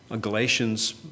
Galatians